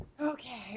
Okay